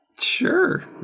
Sure